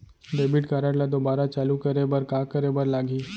Debit card ला दोबारा चालू करे बर का करे बर लागही?